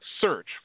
search